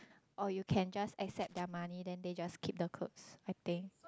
or you can just accept their money then they just keep the clothes I think